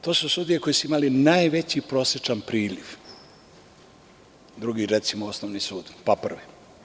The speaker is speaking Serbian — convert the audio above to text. To su sudije koje su imale najveći prosečan priliv, recimo Drugi osnovni sud, pa Prvi.